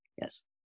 Yes